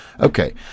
Okay